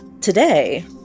Today